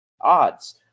odds